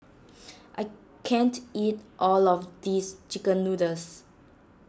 I can't eat all of this Chicken Noodles